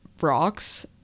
rocks